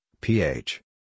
PH